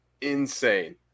insane